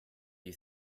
you